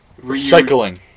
Recycling